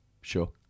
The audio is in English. Sure